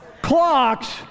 Clocks